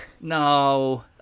no